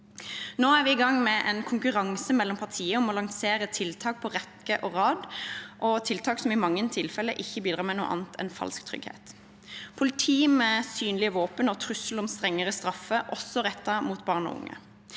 Nå er vi i gang med en konkurranse mellom partier om å lansere tiltak på rekke og rad – tiltak som i mange tilfeller ikke bidrar med noe annet enn falsk trygghet, f.eks. politi med synlige våpen og trusler om strengere straffer, også rettet mot barn og unge.